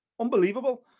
unbelievable